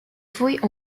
fouilles